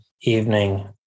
evening